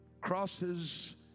Crosses